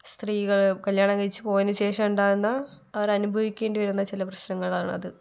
സ്ത്രീകള് കല്യാണം കഴിച്ചു പോയതിന് ശേഷം ഉണ്ടാകുന്ന അവരനുഭവിക്കേണ്ടി വരുന്ന ചില പ്രശ്നങ്ങളാണത്